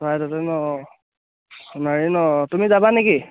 চৰাই তাতে নহ্ সোণাৰী নহ্ তুমি যাবা নে কি